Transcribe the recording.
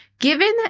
Given